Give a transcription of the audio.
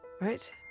right